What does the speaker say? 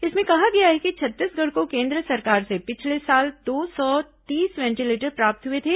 इसमें कहा गया है कि छत्तीसगढ़ को केन्द्र सरकार से पिछले साल दो सौ तीस वेंटीलेटर प्राप्त हुए थे